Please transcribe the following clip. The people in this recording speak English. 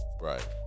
Right